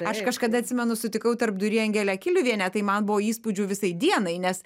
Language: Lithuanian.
aš kažkada atsimenu sutikau tarpdury angelę kiliuvienę tai man buvo įspūdžių visai dienai nes